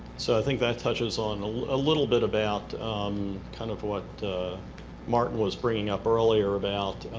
so i think that touches on a little bit about kind of what martin was bringing up earlier about,